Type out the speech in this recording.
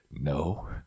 no